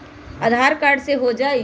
आधार card से हो जाइ?